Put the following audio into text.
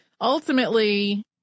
Ultimately